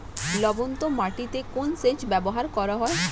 লবণাক্ত মাটিতে কোন সেচ ব্যবহার করা হয়?